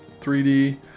3D